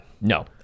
No